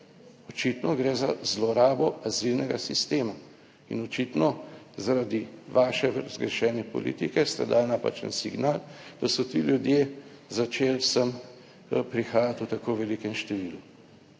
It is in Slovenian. Očitno gre za zlorabo azilnega sistema in očitno zaradi vaše zgrešene politike ste dali napačen signal, da so ti ljudje začeli sem prihajati v tako velikem številu